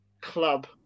club